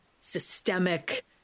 systemic